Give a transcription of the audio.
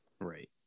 right